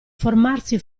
formarsi